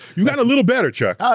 you got a little better, chuck. ah